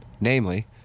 namely